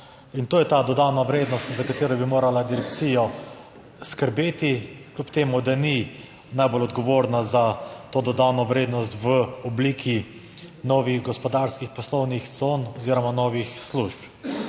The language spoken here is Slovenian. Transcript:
In to je ta dodana vrednost za katero bi morala direkcija skrbeti, kljub temu, da ni najbolj odgovorna za to dodano vrednost v obliki novih gospodarskih poslovnih con oziroma novih služb.